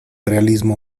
realismo